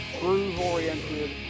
groove-oriented